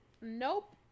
Nope